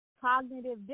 cognitive